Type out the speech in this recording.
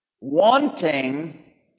wanting